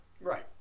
Right